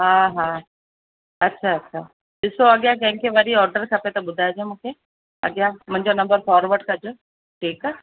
हा हा अच्छा अच्छा ॾिसो अॻियां कंहिं खे वरी ऑडर खपे त ॿुधाए जो मूंखे अॻियां मुंहिंजो नम्बर फ़ॉर्वड कजो ठीकु आहे